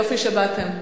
יופי שבאתם.